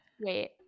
wait